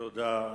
תודה.